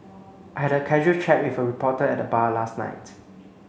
I had a casual chat with a reporter at the bar last night